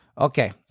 Okay